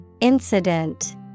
Incident